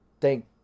thank